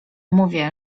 mówię